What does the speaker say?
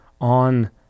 on